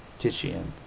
titian.